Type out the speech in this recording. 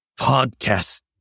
podcast